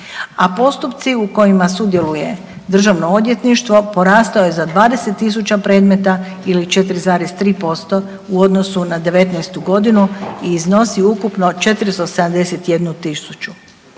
a postupci u kojima sudjeluje državno odvjetništvo porastao je za 20.000 predmeta ili 4,3% u odnosu na '19.g. i iznosi ukupno 471.000.